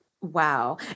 Wow